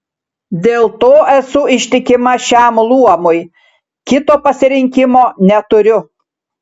dėl to esu ištikima šiam luomui kito pasirinkimo neturiu